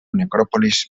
necròpolis